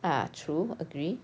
ah true agree